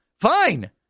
Fine